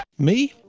me,